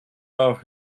off